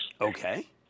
Okay